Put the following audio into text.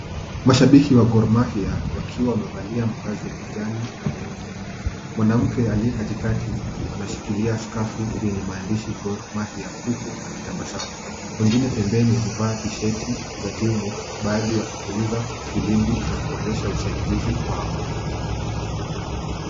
Mashabiki wa Gor Mahia wakiwa wamevalia mavazi ya kijani na nyeupe. Mwanamke aliye katikati anashikilia skafu yenye maandishi Gor Mahia huku akitabasamu. Wengine pembeni wamevaa [c] t-shirt[c] za timu baadhi wakipuliza firimbi na kuonyesha usaidizi wao.